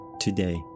today